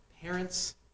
parents